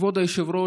כבוד היושב-ראש,